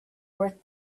worth